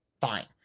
fine